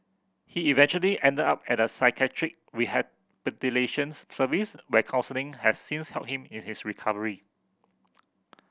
he eventually ended up at a psychiatric rehabilitations service where counselling has since helped him in his recovery